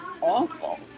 awful